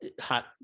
hot